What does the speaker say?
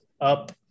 up